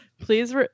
Please